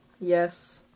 Yes